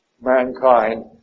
mankind